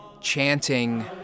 chanting